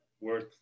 worth